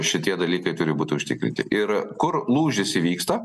šitie dalykai turi būti užtikrinti ir kur lūžis įvyksta